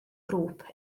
grŵp